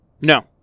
no